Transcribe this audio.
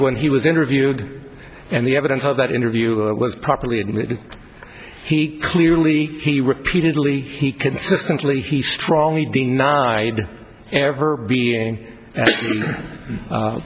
when he was interviewed and the evidence of that interview was properly admitted he clearly he repeatedly he consistently strongly denied ever being